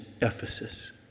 Ephesus